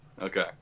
Okay